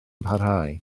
parhau